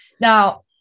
now